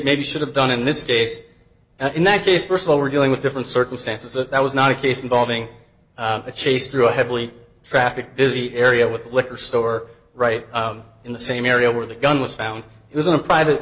maybe should have done in this case in that case st of all we're dealing with different circumstances if that was not a case involving a chase through a heavily trafficked busy area with a liquor store right in the same area where the gun was found it was in a private